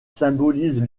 symbolisent